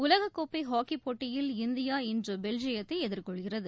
உலகக்கோப்பைஹாக்கிப் போட்டியில் இந்தியா இன்றுபெல்ஜியத்தைஎதிர்கொள்கிறது